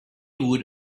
would